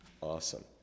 Awesome